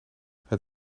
het